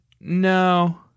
No